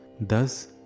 Thus